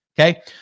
Okay